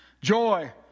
Joy